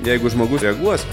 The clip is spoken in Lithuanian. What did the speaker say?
jeigu žmogus reaguos